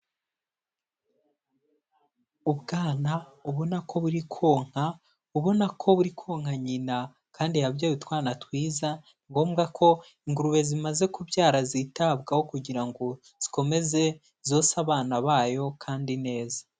Ubwana ubona ko buri konka, ubona ko buri konka nyina kandi yabyaye utwana twiza, ni ngombwa ko ingurube zimaze kubyara zitabwaho kugira ngo zikomeze zonsa abana bayo kandi neza.